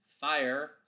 fire